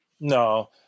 no